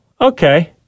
okay